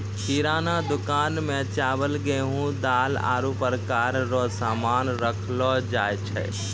किराना दुकान मे चावल, गेहू, दाल, आरु प्रकार रो सामान राखलो जाय छै